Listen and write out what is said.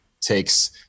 takes